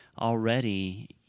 already